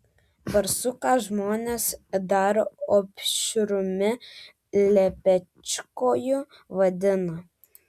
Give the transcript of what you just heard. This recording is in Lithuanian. barsuką žmonės dar opšrumi lepečkoju vadina